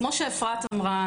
כפי שאפרת אמרה,